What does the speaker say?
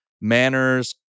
manners